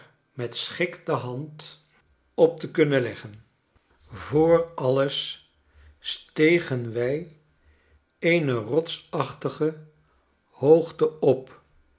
met schik de hand op te kunnen leggen voor alles stegen wij eene rotsachtige hoogte op